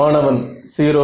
மாணவன் 0